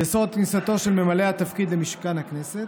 לאסור את כניסתו של ממלא התפקיד למשכן הכנסת,